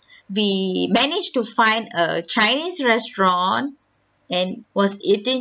we managed to find a chinese restaurant and was eating